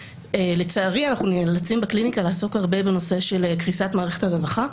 לצערי אנחנו נאלצים בקליניקה לעסוק הרבה בנושא של קריסת מערכת הרווחה.